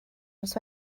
nos